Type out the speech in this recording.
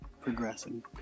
progressing